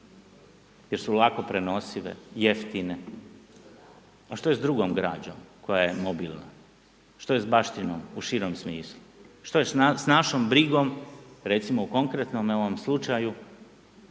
jer su lako prenosive, jeftine, a što je s drugom građom koja je mobilna, što je s baštinom u širem smislu, što je s našom brigom recimo u konkretnom ovom slučaju